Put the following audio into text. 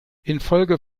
infolge